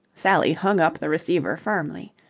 sally hung up the receiver firmly.